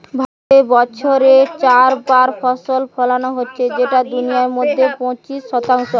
ভারতে বছরে চার বার ফসল ফোলানো হচ্ছে যেটা দুনিয়ার মধ্যে পঁচিশ শতাংশ